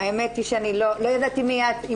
האמת היא שאני לא ידעתי מי את.